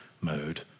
mode